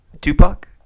Tupac